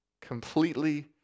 completely